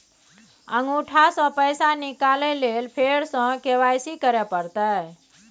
अंगूठा स पैसा निकाले लेल फेर स के.वाई.सी करै परतै?